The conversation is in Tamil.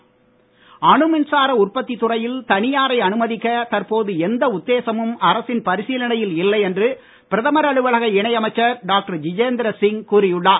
அணுமின் நிலையம் அனு மின்சார உற்பத்தி துறையில் தனியாரை அனுமதிக்க தற்போது எந்த உத்தேசமும் அரசின் பரிசீலனையில் இல்லை என்று பிரதமர் அலுவலக இணை அமைச்சர் டாக்டர் ஜிதேந்திர சிங் கூறி உள்ளார்